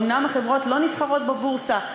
האומנם החברות לא נסחרות בבורסה,